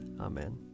Amen